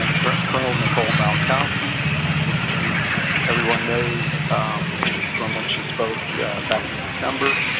and colonel nicole malachowski, i think, who everyone knows from when she spoke back in december.